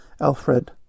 Alfred